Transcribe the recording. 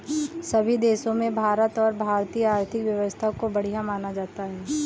सभी देशों में भारत और भारतीय आर्थिक व्यवस्था को बढ़िया माना जाता है